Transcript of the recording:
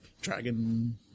Dragon